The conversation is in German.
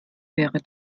wäre